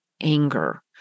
anger